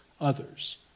others